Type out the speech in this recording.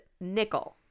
Nickel